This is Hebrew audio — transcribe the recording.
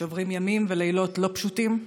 שעוברים ימים ולילות לא פשוטים.